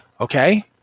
Okay